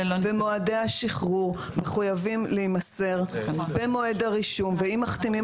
ומועדי השחרור מחויבים להימסר במועד הרישום ואם מחתימים